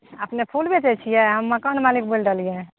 अपने फूल बेचै छियै हम मकान मालिक बोलि रहलियै हें